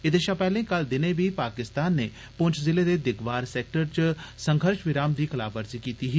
एह्दे शा पैह्ले कल दिनें बी पाकिस्तान नै पुंछ ज़िले दे दिगवार सैक्टर च संघर्ष विराम दी खलाफवर्जी कीती ही